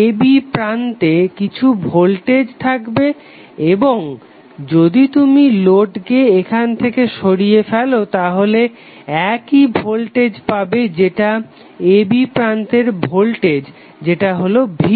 a b প্রান্তে কিছু voltage থাকবে এবং যদি তুমি লোডকে এখান থেকে সরিয়ে ফেলো তাহলে একই ভোল্টেজ পাবে যেটা a b প্রান্তের ভোল্টেজ যেটা হলো V